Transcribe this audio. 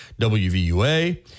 WVUA